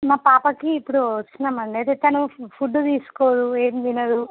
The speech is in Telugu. మా పాపకి ఇప్పుడు వస్తున్నామండి అయితే తను ఫుడ్డు తీసుకోదు ఏం తినదు